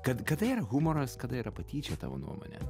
kad kada yra humoras kada yra patyčia tavo nuomone